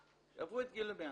שעברו את גיל ה-100.